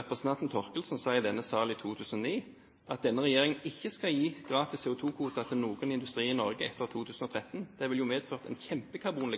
Representanten Thorkildsen sa i denne sal i 2009 at denne regjeringen ikke skal gi gratis CO2-kvoter til noen industri i Norge etter 2013. Det ville jo medført en